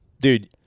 dude